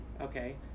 okay